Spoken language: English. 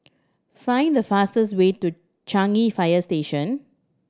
find the fastest way to Changi Fire Station